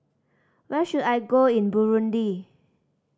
where should I go in Burundi